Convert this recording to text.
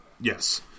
Yes